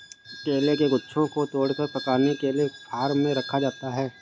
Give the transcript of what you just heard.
केले के गुच्छों को तोड़कर पकाने के लिए फार्म में रखा जाता है